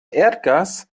erdgas